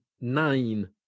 nine